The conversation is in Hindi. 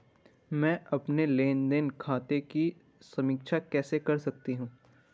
मैं अपने लेन देन खाते की समीक्षा कैसे कर सकती हूं?